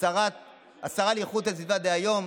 10,000 יחידות דיור.